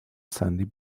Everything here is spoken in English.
sandy